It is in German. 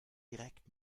direkt